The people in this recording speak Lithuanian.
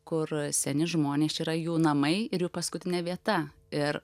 kur seni žmonės yra jų namai ir jų paskutinė vieta ir